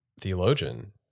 theologian